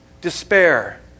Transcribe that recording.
despair